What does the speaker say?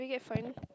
we get